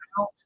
out